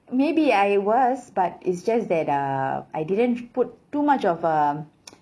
maybe I was but it's just that uh I didn't put too much of um